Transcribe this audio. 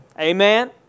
Amen